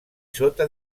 sota